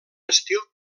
estil